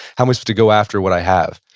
how much to go after what i have?